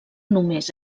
només